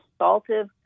assaultive